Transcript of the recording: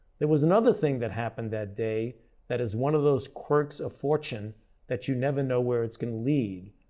there was another thing that happened that day that is one of those quirks of fortunate that you never know where it's going to lead.